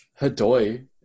Hadoi